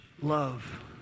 love